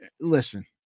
Listen